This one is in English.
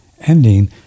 ending